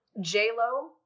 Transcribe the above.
J-Lo